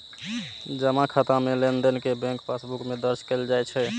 जमा खाता मे लेनदेन कें बैंक पासबुक मे दर्ज कैल जाइ छै